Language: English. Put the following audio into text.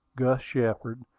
gus shepard,